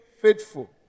faithful